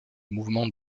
mouvement